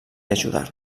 ajudar